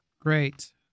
Great